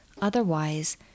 otherwise